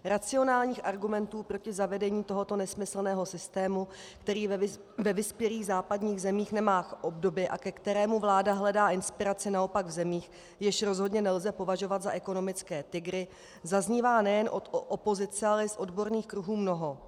Racionálních argumentů proti zavedení tohoto nesmyslného systému, který ve vyspělých západních zemích nemá obdoby a ke kterému vláda hledá inspiraci naopak v zemích, jež rozhodně nelze považovat za ekonomické tygry, zaznívá nejen od opozice, ale i z odborných kruhů mnoho.